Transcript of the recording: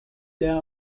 der